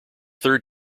third